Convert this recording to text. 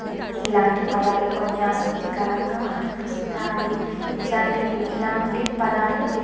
ఇలాంటి పదాలు కొన్ని ఆసక్తికరంగా అనిపిస్తాయి ఇట్లాంటి ఇలాంటి పదాలు